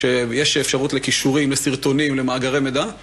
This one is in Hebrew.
שיש אפשרות לכישורים, לסרטונים, למאגרי מידע.